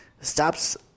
stops